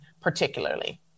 particularly